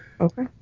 Okay